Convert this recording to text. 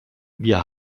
wir